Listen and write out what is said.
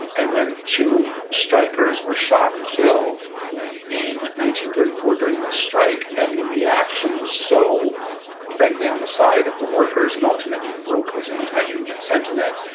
and when two strikers were shot and killed in nineteen thirty four during the strike and the reaction was so frankly on the side of the workers and ultimately broke this anti-union sentiment,